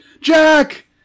Jack